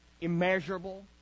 immeasurable